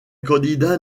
candidat